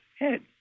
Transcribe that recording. head